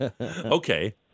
Okay